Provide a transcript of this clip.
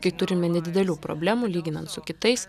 kai turime nedidelių problemų lyginant su kitais